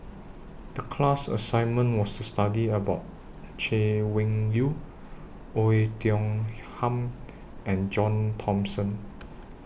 The class assignment was to study about Chay Weng Yew Oei Tiong Ham and John Thomson